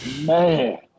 Man